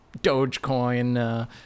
dogecoin